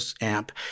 amp